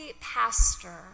pastor